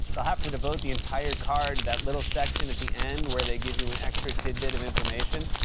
they'll have to devote the entire card, that little section at the end where they give you an extra tidbit of information.